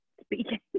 speaking